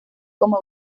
como